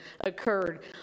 occurred